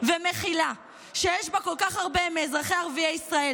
ומכילה שיש בה כל כך הרבה מאזרחי ערביי ישראל,